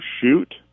shoot